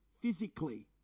physically